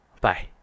bye